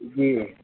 جی